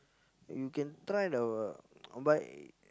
you can try the uh buy